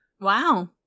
Wow